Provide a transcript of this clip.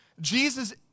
Jesus